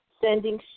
sending